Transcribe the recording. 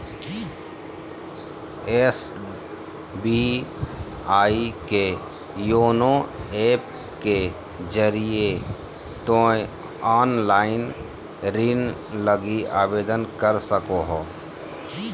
SBI के YONO app के जरिए तोय ऑनलाइन ऋण लगी आवेदन कर सको हो